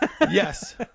Yes